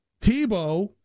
Tebow